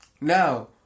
Now